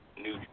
new